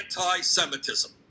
anti-Semitism